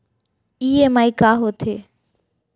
EMI का होथे?